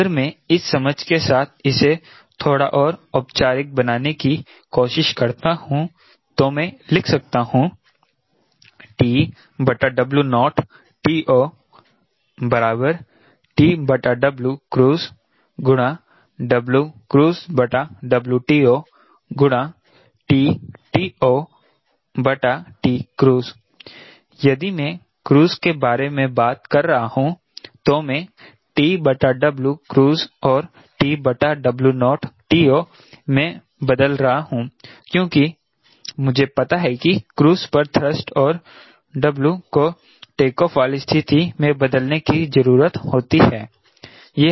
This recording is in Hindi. अगर मैं इस समझ के साथ इसे थोड़ा और औपचारिक बनाने की कोशिश करता हूं तो मैं लिख सकता हूं TO cruise यदि मैं क्रूज़ के बारे में बात कर रहा हूं तो मैं cruise को TO में बदल रहा हूं क्योंकि मुझे पता है कि क्रूज़ पर थ्रस्ट और W को टेकऑफ़ वाली स्थिति में बदलने की जरूरत होती है